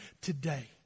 today